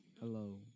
hello